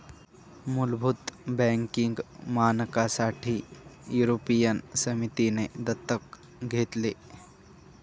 मुलभूत बँकिंग मानकांसाठी युरोपियन समितीने दत्तक घेतले